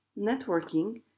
networking